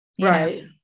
Right